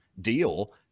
deal